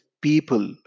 people